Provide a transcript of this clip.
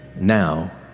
now